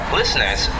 listeners